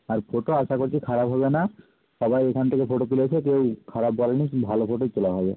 আর photo আশা করছি খারাপ হবে না সবাই এখান থেকে ফটো তুলেছে কেউ খারাপ বলেনি ভালো ফটোই তোলা হবে